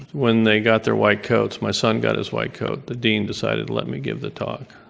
when they got their white coats. my son got his white coat. the dean decided to let me give the talk.